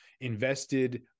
invested